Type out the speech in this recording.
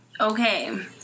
Okay